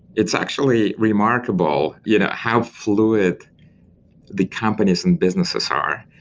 it's actually remarkable you know how fluid the companies and businesses are.